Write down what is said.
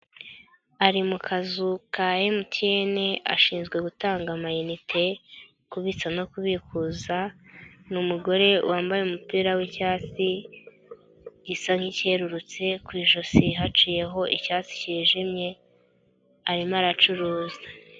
Ari mu kazu ka MTN, ashinzwe gutanga amayinite kubitsa no kubikuza, ni umugore wambaye umupira w'icyatsi gisa nk'icyerurutse, ku ijosi haciyeho icyatsi kijimye arimo aracuruza.